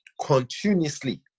continuously